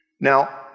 Now